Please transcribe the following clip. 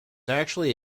actually